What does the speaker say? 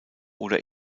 oder